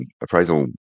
appraisal